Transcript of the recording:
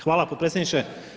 Hvala potpredsjedniče.